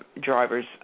drivers